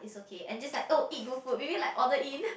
it's okay and just like oh eat good food maybe like order in